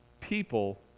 people